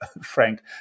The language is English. Frank